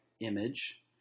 image